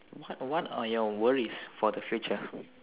what what are your worries for the future